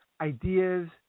ideas